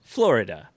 Florida